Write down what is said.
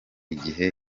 igihe